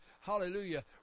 hallelujah